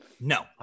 No